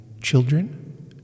children